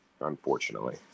unfortunately